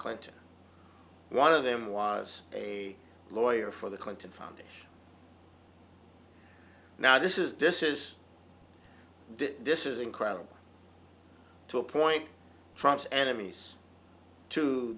clinton one of them was a lawyer for the clinton foundation now this is this is this is incredible to appoint trumps enemies to